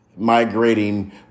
migrating